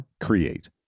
Create